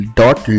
dot